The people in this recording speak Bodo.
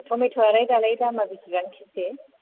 टमेट'आलाय दालाय दामआ बेसेबां केजि